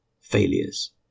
failures